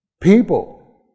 people